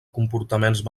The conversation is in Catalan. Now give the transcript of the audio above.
comportaments